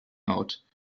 out